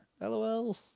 LOL